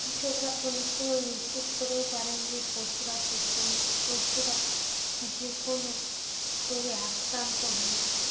কৃষকরা অনেক সময় নিশ্চিত করেও পারেন যে পশুরা সুস্থ নেই পশুরা যে কোনো রোগে আক্রান্ত হয়েছে